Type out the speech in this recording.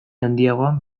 handiagoan